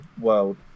world